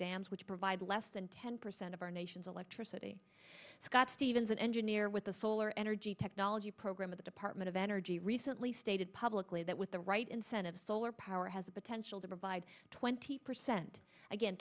dams which provide less than ten percent of our nation's electricity scott stevens an engineer with a solar energy technology program at the department of energy recently stated publicly that with the right incentives solar power has the potential to provide twenty percent again